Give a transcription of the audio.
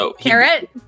Carrot